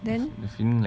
then